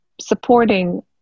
supporting